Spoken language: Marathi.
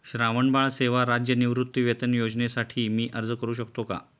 श्रावणबाळ सेवा राज्य निवृत्तीवेतन योजनेसाठी मी अर्ज करू शकतो का?